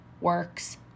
works